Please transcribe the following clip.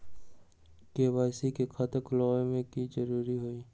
KYC के खाता खुलवा में की जरूरी होई?